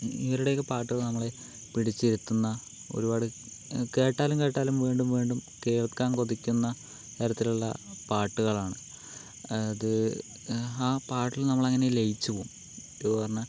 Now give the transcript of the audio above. ഇവരുടെയൊക്കെ പാട്ടുകൾ നമ്മളെ പിടിച്ചിരുത്തുന്ന ഒരുപാട് കേട്ടാലും കേട്ടാലും വീണ്ടും വീണ്ടും കേൾക്കാൻ കൊതിക്കുന്ന തരത്തിലുള്ള പാട്ടുകളാണ് അത് ആ പാട്ടിൽ നമ്മൾ അങ്ങനെ ലയിച്ചു പോകും ഇപ്പോൾ പറഞ്ഞാൽ